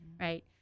right